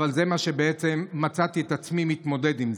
אבל זה מה שמצאתי את עצמי מתמודד עימו.